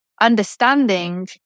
understanding